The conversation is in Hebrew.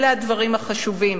אלה הדברים החשובים.